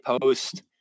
post